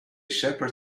shepherd